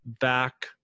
back